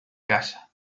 casa